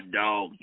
dog